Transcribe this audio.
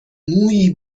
مویی